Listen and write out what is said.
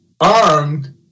armed